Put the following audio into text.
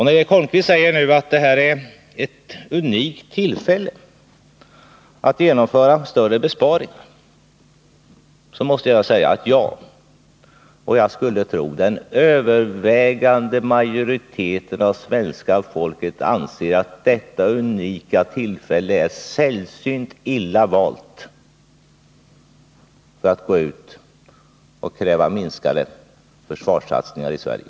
När Eric Holmqvist säger att detta är ett unikt tillfälle att genomföra en större besparing måste jag svara honom att jag och troligen den övervägande majoriteten av svenska folket anser att detta ”unika tillfälle” är sällsynt illa valt att kräva minskade försvarsinsatser i Sverige.